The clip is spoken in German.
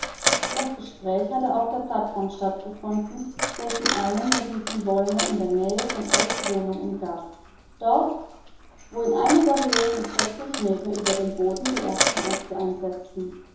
das gespräch hatte auf der plattform stattgefunden welche einen der riesenbäume in der nähe von ells wohnung umgab dort wo in einer höhe von vierzig meter über dem boden die ersten äste ansetzten